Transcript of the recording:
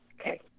Okay